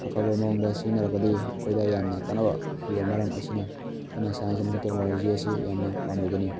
ꯑꯐꯕ ꯃꯑꯣꯡꯗ ꯁꯤꯖꯤꯟꯅꯔꯕꯗꯤ ꯑꯩꯈꯣꯏꯗ ꯌꯥꯝꯅ ꯀꯥꯟꯅꯕ ꯄꯤ ꯃꯔꯝ ꯑꯁꯤꯅ ꯑꯩꯅ ꯁꯥꯏꯟꯁ ꯑꯃꯁꯨꯡ ꯇꯦꯛꯅꯣꯂꯣꯖꯤ ꯑꯁꯤ ꯌꯥꯝꯅ ꯄꯥꯝꯂꯤꯕꯅꯤ